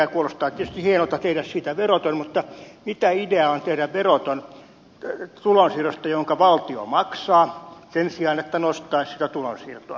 kuulostaa tietysti hienolta tehdä siitä veroton mutta mitä ideaa on tehdä veroton tulonsiirrosta jonka valtio maksaa sen sijaan että nostaisi sitä tulonsiirtoa